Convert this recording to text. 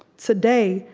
today,